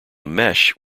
mesh